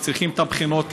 הם צריכים את הבחינות,